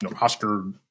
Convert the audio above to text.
Oscar